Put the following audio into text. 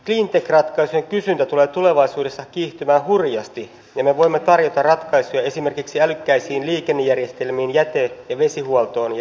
cleantech ratkaisujen kysyntä tulee tulevaisuudessa kiihtymään hurjasti ja me voimme tarjota ratkaisuja esimerkiksi älykkäisiin liikennejärjestelmiin jäte ja vesihuoltoon ja energiatehokkuuteen